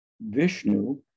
Vishnu